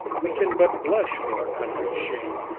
we can but blush for our country's shame,